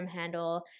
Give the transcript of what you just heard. handle